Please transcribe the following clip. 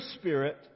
spirit